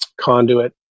conduit